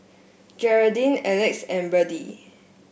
Geraldine Elex and Berdie